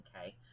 okay